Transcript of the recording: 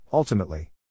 Ultimately